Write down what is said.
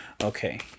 Okay